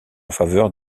faveur